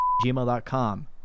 gmail.com